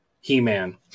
He-Man